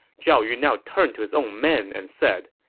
zhao yun now turned to his own men and said,